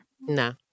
No